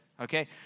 okay